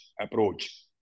approach